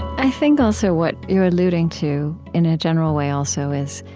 i think also what you're alluding to, in a general way, also, is